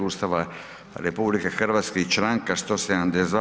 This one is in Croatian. Ustava RH i Članka 172.